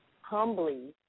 humbly